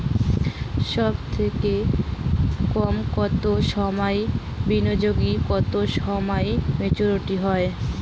সবথেকে কম কতো সময়ের বিনিয়োগে কতো সময়ে মেচুরিটি হয়?